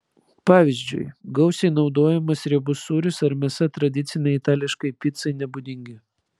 pavyzdžiui gausiai naudojamas riebus sūris ar mėsa tradicinei itališkai picai nebūdingi